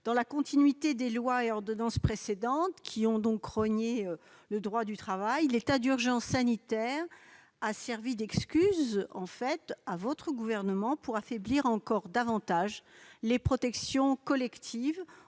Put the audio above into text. Dans la continuité des lois et ordonnances précédentes qui ont rogné le droit du travail, l'état d'urgence sanitaire a servi d'excuse au Gouvernement pour affaiblir encore davantage les protections collectives,